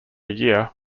year